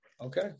Okay